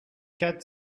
quatre